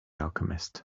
alchemist